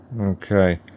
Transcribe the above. okay